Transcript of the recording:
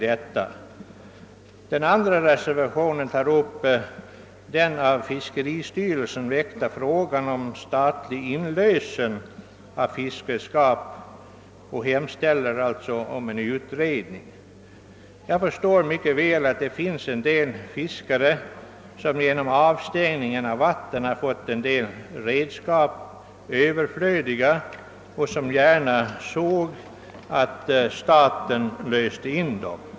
I reservation nr 3 hemställs om en utredning av den av fiskeristyrelsen väckta frågan om statlig inlösen av fiskredskap. Jag förstår väl att vissa redskap blivit överflödiga för fiskare, vilkas vatten har avstängts, och att dessa fiskare gärna såg att staten löste in de redskapen.